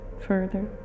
further